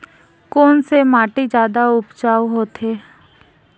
कोन से माटी जादा उपजाऊ होथे?